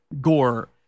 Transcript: gore